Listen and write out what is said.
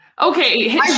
Okay